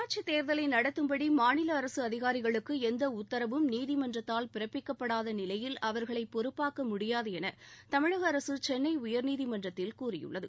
உள்ளாட்சித் தேர்தலை நடத்தும்படி மாநில அரசு அதிகாரிகளுக்கு எந்த உத்தரவும் நீதிமன்றத்தால் பிறப்பிக்கப்படாத நிலையில் அவர்களை பொறுப்பாக்க முடியாது என தமிழக அரசு சென்னை உயர்நீதிமன்றத்தில் வாதிட்டுள்ளது